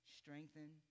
strengthen